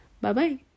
Bye-bye